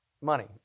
Money